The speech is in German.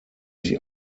sich